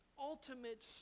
ultimate